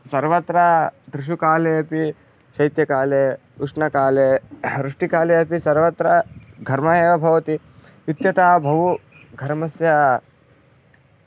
सर्वत्र त्रिषु काले अपि शैत्यकाले उष्णकाले वृष्टिकाले अपि सर्वत्र घर्मः एव भवति इत्यतः बहु घर्मस्य